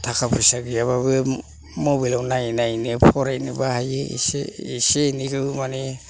थाखा फैसा गैयाबाबो मबेल आव नायै नायैनो फरायनोबो हायो एसे एसे एनैखौ मानि